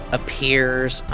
appears